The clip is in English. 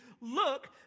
look